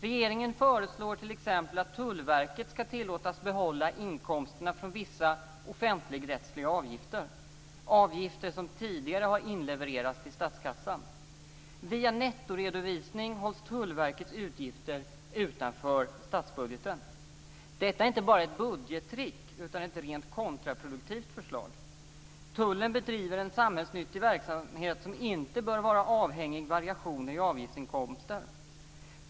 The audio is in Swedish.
Regeringen föreslår t.ex. att Tullverket ska tillåtas behålla inkomsterna från vissa offentligrättsliga avgifter. Det är avgifter som tidigare har inlevererats till statskassan. Via nettoredovisning hålls Tullverkets utgifter utanför statsbudgeten. Detta är inte bara ett budgettrick utan ett helt kontraproduktivt förslag. Tullen bedriver en samhällsnyttig verksamhet som inte bör vara avhängig variationer i avgiftsinkomster.